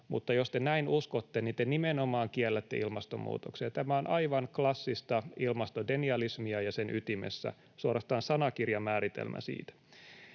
mutta jos te näin uskotte, niin te nimenomaan kiellätte ilmastonmuutoksen. Tämä on aivan klassista ilmastodenialismia ja sen ytimessä, suorastaan sanakirjamääritelmä siitä.